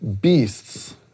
beasts